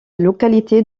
localité